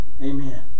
Amen